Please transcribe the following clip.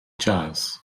jazz